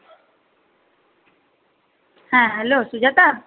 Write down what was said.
হ্যাঁ হ্যালো সুজাতা